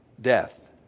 death